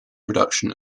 production